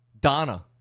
Donna